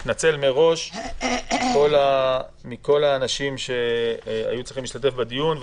אני מתנצל בפני כל האנשים שהיו צריכים להשתתף בדיון.